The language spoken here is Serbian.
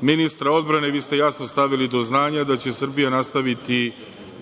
ministra odbrane, vi ste jasno stavili do znanja da će Srbija nastaviti